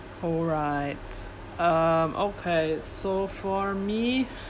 alright um okay so for me